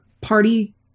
party